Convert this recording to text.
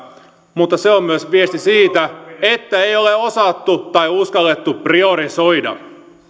mutta se on myös viesti siitä että ei ole osattu tai uskallettu priorisoida